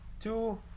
Two